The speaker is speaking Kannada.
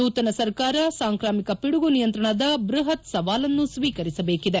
ನೂತನ ಸರ್ಕಾರ ಸಾಂಕ್ರಾಮಿಕ ಪಿಡುಗು ನಿಯಂತ್ರಣದ ಬ್ಬಹತ್ ಸವಾಲನ್ನು ಸ್ನೀಕರಿಸಬೇಕಿದೆ